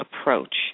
approach